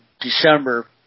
December